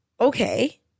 okay